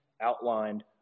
outlined